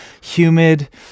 Humid